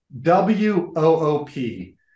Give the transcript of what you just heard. W-O-O-P